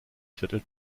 viertel